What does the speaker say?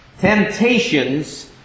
Temptations